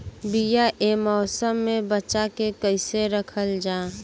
बीया ए मौसम में बचा के कइसे रखल जा?